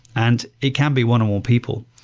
and it can be one or more people.